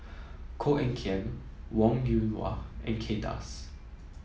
Koh Eng Kian Wong Yoon Wah and Kay Das